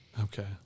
Okay